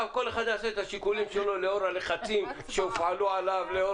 כל אחד יעשה את השיקולים שלו לאור הלחצים שהופעלו עליו.